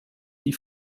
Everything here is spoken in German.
die